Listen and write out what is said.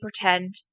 pretend